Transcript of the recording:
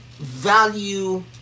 Value